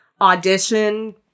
audition